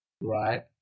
right